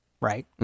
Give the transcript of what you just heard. right